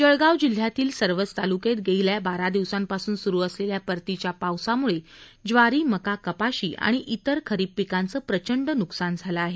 जळगाव जिल्ह्यातील सर्वच तालुक्यात गेल्या बारा दिवसांपासून सुरु असलेल्या परतीच्या पावसामुळे ज्वारीमकाकपाशी आणि इतर खरीप पिकांचं प्रचंड नुकसान झालं आहे